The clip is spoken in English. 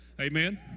Amen